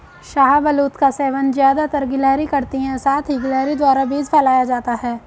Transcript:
शाहबलूत का सेवन ज़्यादातर गिलहरी करती है साथ ही गिलहरी द्वारा बीज फैलाया जाता है